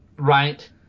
Right